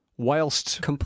Whilst